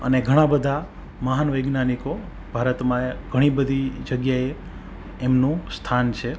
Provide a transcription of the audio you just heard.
અને ઘણા બધા મહાન વૈજ્ઞાનિકો ભારતમાં ઘણી બધી જગ્યાએ એમનું સ્થાન છે